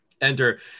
enter